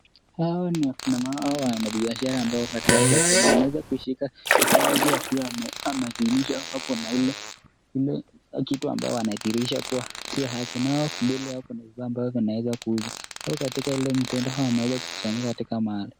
Hawa ni kina mama wa biashara ambao wako katika soko. Wameweza kushika vifaa hivyo wakiwa wamejumulisha ile kitu ambayo wanadhihirisha kuwa si haki na mbele yao kuna vitu ambavyo vinaweza kuuzwa. Wako katika ile mtendo au wameweza kukusanyika katika mahali.